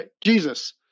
Jesus